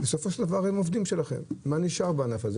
בסופו של דבר הם עובדים שלכם, מה נשאר בענף הזה?